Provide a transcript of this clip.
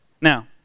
Now